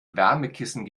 wärmekissen